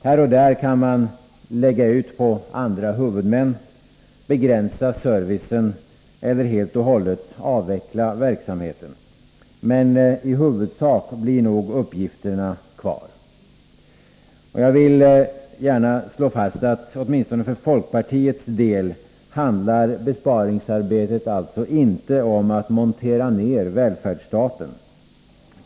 Här och där kan man lägga ut på andra huvudmän, begränsa servicen eller helt och hållet avveckla verksamheten, men i huvudsak blir nog uppgifterna kvar. Jag vill gärna slå fast att åtminstone för folkpartiets del handlar besparingsarbetet alltså inte om att montera ner välfärdsstaten.